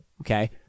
okay